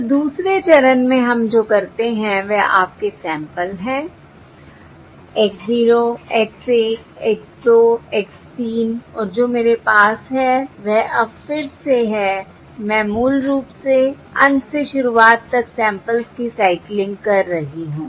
तो दूसरे चरण में हम जो करते हैं वह आपके सैंपल्स हैं x 0 x 1 x 2 x 3 और जो मेरे पास है वह अब फिर से है मैं मूल रूप से अंत से शुरुआत तक सैंपल्स की साइकलिंग कर रही हूं